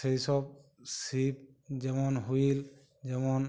সেই সব সিপ যেমন হুইল যেমন